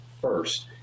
first